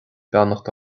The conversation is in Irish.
beannacht